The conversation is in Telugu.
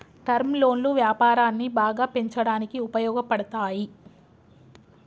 టర్మ్ లోన్లు వ్యాపారాన్ని బాగా పెంచడానికి ఉపయోగపడతాయి